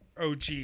OG